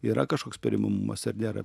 yra kažkoks perimamumas ar nėra